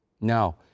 Now